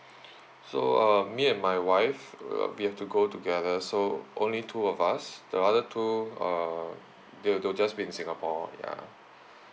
so uh me and my wife uh we have to go together so only two of us the other two uh they they'll just be in singapore ya